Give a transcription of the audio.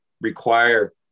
require